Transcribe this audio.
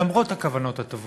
למרות הכוונות הטובות,